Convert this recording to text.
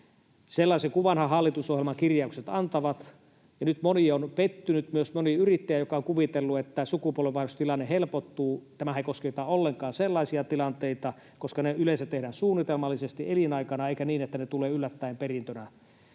Sellaisen kuvanhan hallitusohjelman kirjaukset antavat. Ja nyt moni on pettynyt, myös moni yrittäjä, joka on kuvitellut, että sukupolvenvaihdostilanne helpottuu. Tämähän ei kosketa ollenkaan sellaisia tilanteita, koska ne yleensä tehdään suunnitelmallisesti elinaikana, eikä niin, että ne tulevat yllättäen perintönä.